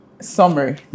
summary